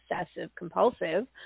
obsessive-compulsive